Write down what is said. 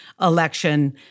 election